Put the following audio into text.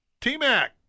T-Mac